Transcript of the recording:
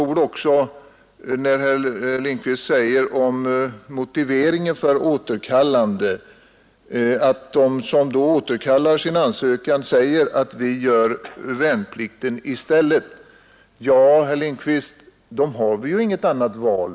Herr Lindkvist sade att de som återkallar sin ansökan säger sig vilja göra värnplikten i stället. Ja, herr Lindkvist, de har ju inte något val.